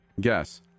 Guess